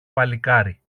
παλικάρι